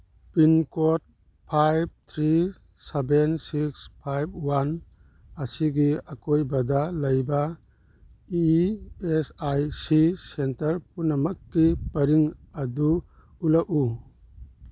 pincode five three seven six five one ꯑꯁꯤꯒꯤ ꯑꯀꯣꯏꯕꯗ ꯂꯩꯕ E S I C centre ꯄꯨꯝꯅꯃꯛꯀꯤ ꯄꯔꯤꯡ ꯑꯗꯨ ꯎꯠꯂꯛꯎ